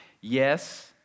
Yes